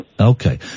Okay